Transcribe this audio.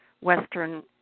western